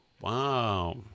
Wow